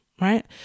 right